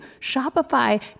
Shopify